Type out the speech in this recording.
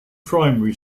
primary